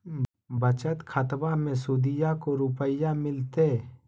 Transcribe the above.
बचत खाताबा मे सुदीया को रूपया मिलते?